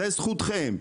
זה זכותכם.